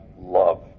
love